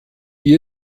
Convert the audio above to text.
die